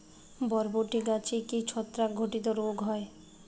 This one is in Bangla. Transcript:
বরবটি গাছে কি ছত্রাক ঘটিত রোগ হয়?